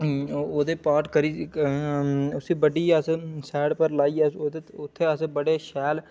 ओह्दे पार्ट करी क उसी बड्ढियै अस साइड पर लाइयै उ उत उत्थें अस बड़े शैल